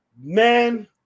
man